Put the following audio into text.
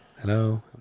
Hello